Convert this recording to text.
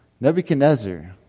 Nebuchadnezzar